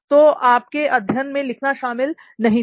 तो आपके अध्ययन में लिखना शामिल नहीं था